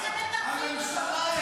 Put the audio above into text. את זה אתם לא מוכנים לעשות.